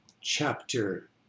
chapter